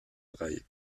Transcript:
drei